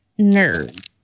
nerd